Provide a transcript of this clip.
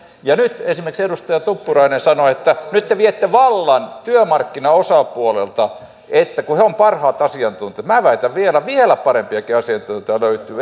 nyt esimerkiksi edustaja tuppurainen sanoo että nyt te viette vallan työmarkkinaosapuolilta jotka ovat parhaat asiantuntijat minä väitän että vieläkin parempia asiantuntijoita löytyy